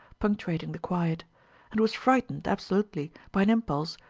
punctuating the quiet and was frightened, absolutely, by an impulse,